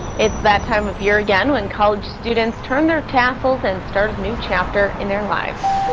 it's that time of year again when college students turn their tassels and start a new chapter in their lives.